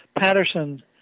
Patterson